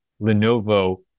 Lenovo